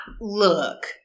look